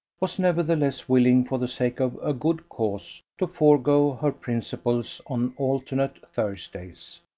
was nevertheless willing for the sake of a good cause to forego her principles on alternate thursdays,